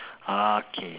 ah K